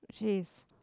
Jeez